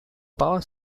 power